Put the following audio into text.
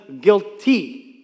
guilty